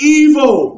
evil